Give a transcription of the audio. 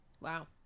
wow